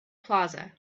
plaza